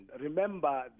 Remember